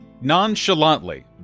nonchalantly